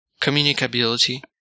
communicability